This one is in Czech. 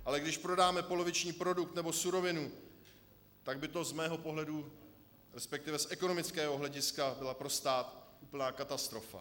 Ale když prodáme poloviční produkt nebo surovinu, tak by to z mého pohledu, resp. z ekonomického hlediska byla pro stát úplná katastrofa.